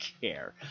care